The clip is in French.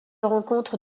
rencontre